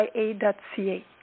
ia.ca